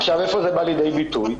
איפה זה בא לידי ביטוי?